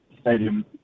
stadium